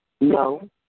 No